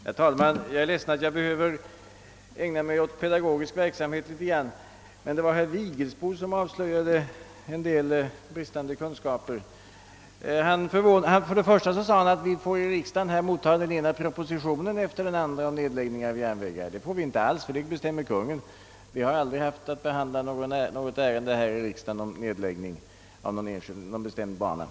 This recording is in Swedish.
Herr talman! Jag är ledsen att jag skall behöva ägna mig åt pedagogisk verksamhet, men herr Vigelsbo avslöjade en del bristande kunskaper. För det första sade han att vi ju i riksdagen får motta den ena propositionen efter den andra om nedläggning av järnvägar. Det får vi inte alls, den saken bestämmer nämligen Kungl. Maj:t. Vi har aldrig haft att här i riksdagen behandla något ärende om nedläggning av någon bestämd bana.